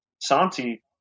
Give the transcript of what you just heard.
Santi